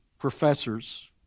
professors